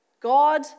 God